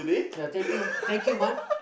ya thank you thank you Mun